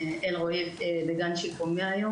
הוא בגן שיקומי היום,